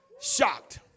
shocked